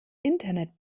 internet